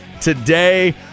today